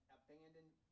abandoned